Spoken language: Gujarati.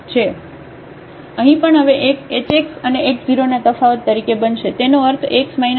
તેથી અહીં પણ હવે h x અને x 0 ના તફાવત તરીકે બનશે તેનો અર્થ x x 0